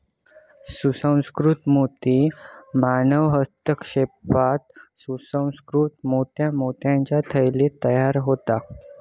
सुसंस्कृत मोती मानवी हस्तक्षेपान सुसंकृत मोत्या मोत्याच्या थैलीत तयार होता